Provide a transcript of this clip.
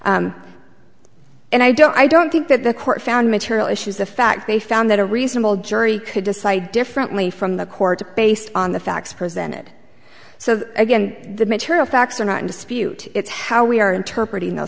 amendment and i don't i don't think that the court found material issues the fact they found that a reasonable jury could decide differently from the court based on the facts presented so again the material facts are not in dispute it's how we are interpret e mail